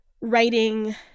writing